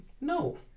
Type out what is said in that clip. no